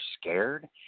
scared